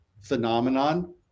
phenomenon